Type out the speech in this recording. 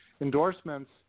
endorsements